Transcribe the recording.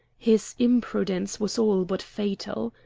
his imprudence was all but fatal.